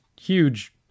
huge